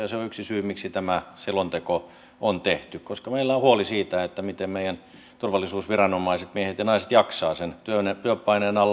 se on yksi syy miksi tämä selonteko on tehty koska meillä on huoli siitä miten meidän turvallisuusviranomaisemme miehet ja naiset jaksavat sen työpaineen alla